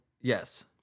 Yes